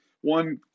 one